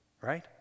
Right